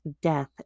death